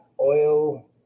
oil